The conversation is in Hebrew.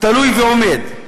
תלוי ועומד.